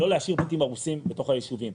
לא להשאיר בתים הרוסים בתוך היישובים.